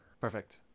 perfect